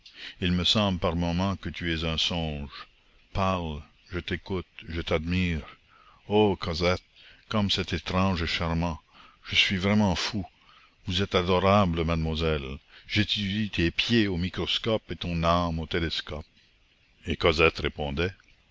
il me semble par moments que tu es un songe parle je t'écoute je t'admire ô cosette comme c'est étrange et charmant je suis vraiment fou vous êtes adorable mademoiselle j'étudie tes pieds au microscope et ton âme au télescope et cosette répondait